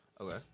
Okay